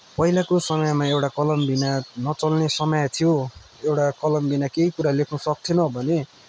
पहिलाको समयमा एउटा कलमबिना नचल्ने समय थियो एउटा कलमबिना केही कुरा लेख्न सक्थेनौँ भने